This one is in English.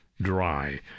dry